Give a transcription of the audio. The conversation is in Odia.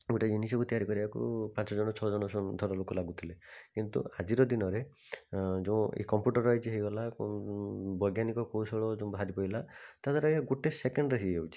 ଗୋଟେ ଜିନିଷକୁ ତିଆରି କରିବାକୁ ପାଞ୍ଚଜଣ ଛଅଜଣ ଧର ଲୋକ ଲାଗୁଥିଲେ କିନ୍ତୁ ଆଜିର ଦିନରେ ଯେଉଁ ଏ କମ୍ପୁଟରାଇଜ୍ ହୋଇଗଲା ବୈଜ୍ଞାନିକ କୌଶଳ ଯେଉଁ ବାହାରି ପଡ଼ିଲା ତା' ଦ୍ୱାରା ଗୋଟେ ସେକେଣ୍ଡ୍ରେ ହୋଇଯାଉଛି